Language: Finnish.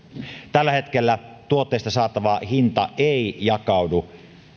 tällä hetkellä tuotteista saatava hinta ei jakaudu